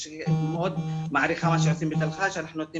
אני מאוד מעריכה מה שעושים בתל חי שאנחנו נותנים